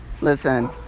Listen